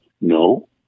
No